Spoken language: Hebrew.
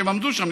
כשהן עמדו שם.